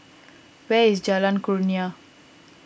where is Jalan Kurnia